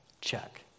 check